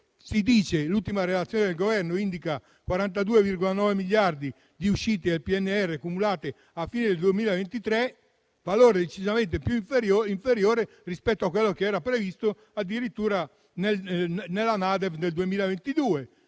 strutture. L'ultima relazione del Governo indica 42,9 miliardi di uscite del PNRR cumulate a fine 2023, valore decisamente inferiore rispetto a quello che era previsto addirittura nella NADEF del 2022.